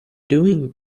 doing